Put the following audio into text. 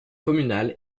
communal